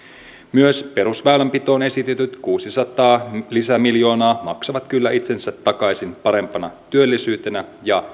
myös perusväylänpitoon esitetyt kuusisataa lisämiljoonaa maksavat kyllä itsensä takaisin parempana työllisyytenä ja